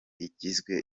itsinzwe